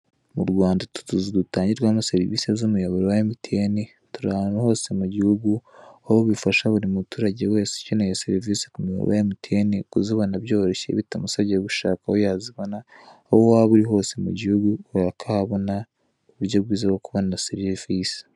Mu Rwanda, utu tuzu dutangirwamo serivisi z'umuyoboro wa emutiyeni, turi ahantu hose mu gihugu, aho bifasha buri muturage wese ukeneye serivisi ku muyoboro wa emutiyeni kuzibona byoroshye, bitamusabye gushaka aho yazibona aho waba uri hose mu gihugu, kubera ko ahabona uburyo bwiza bwo kubona serivisi yifuza.